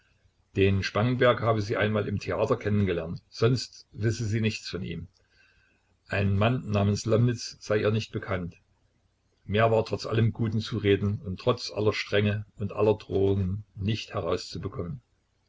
den spangenberg habe sie einmal im theater kennen gelernt sonst wisse sie nichts von ihm ein mann namens lomnitz sei ihr nicht bekannt mehr war trotz allem guten zureden und trotz aller strenge und aller drohungen nicht herauszubekommen